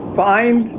find